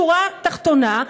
בשורה התחתונה,